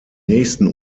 nächsten